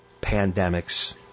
pandemics